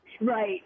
Right